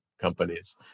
companies